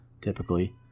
typically